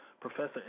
Professor